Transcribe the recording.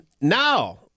now